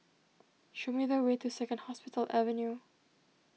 show me the way to Second Hospital Avenue